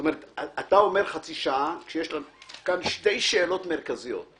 אתה אומר חצי שעה ויש לנו כאן שתי שאלות מרכזיות.